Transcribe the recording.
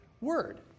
word